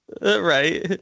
Right